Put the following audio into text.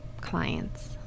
clients